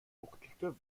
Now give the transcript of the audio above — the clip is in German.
fuchtelte